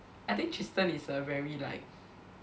I think Tristen is a very like